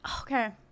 Okay